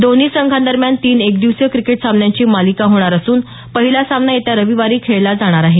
दोन्ही संघांदरम्यान तीन एकदिवसीय क्रिकेट सामन्यांची मालिका होणार असून पहिला सामना येत्या रविवारी खेळला जाणार आहे